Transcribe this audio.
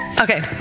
Okay